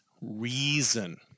reason